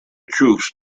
troops